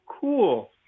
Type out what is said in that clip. cool